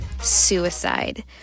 suicide